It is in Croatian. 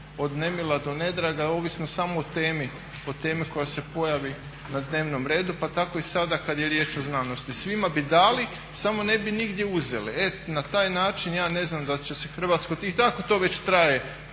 od nemila do nedraga ovisno samo o temi koja se pojavi na dnevnom redu pa tako i sada kad je riječ o znanosti. Svima bi dali samo ne bi nigdje uzeli. E na taj način ja ne znam da će se Hrvatska … /Govornik se